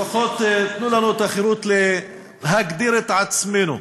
לפחות תנו לנו את החירות להגדיר את עצמנו.